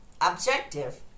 objective